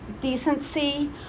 decency